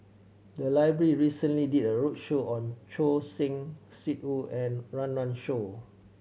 the library recently did a roadshow on Choor Singh Sidhu and Run Run Shaw